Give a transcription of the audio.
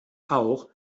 auch